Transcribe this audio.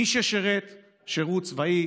מי ששירת שירות צבאי,